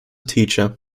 teacher